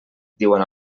diuen